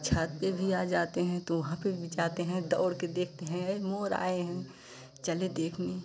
छत पे भी आ जाते हैं तो वहाँ पे भी जाते हैं दौड़ के देखते हैं मोर आए हैं चले देखने